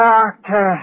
Doctor